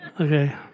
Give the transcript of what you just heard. okay